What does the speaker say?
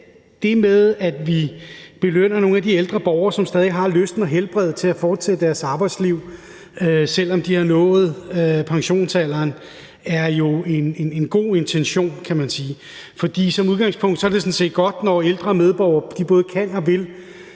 det med, at vi belønner nogle af de ældre borgere, som stadig har lysten og helbredet til at fortsætte deres arbejdsliv, selv om de har nået pensionsalderen, jo er en god intention, kan man sige. For som udgangspunkt er det sådan set godt, når ældre medborgere både kan og vil